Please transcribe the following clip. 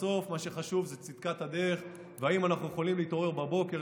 בסוף מה שחשוב זה צדקת הדרך ואם אנחנו יכולים להתעורר בבוקר,